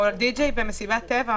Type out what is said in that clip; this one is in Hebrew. או די-ג'יי במסיבת טבע.